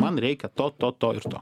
man reikia to to to ir to